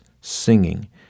singing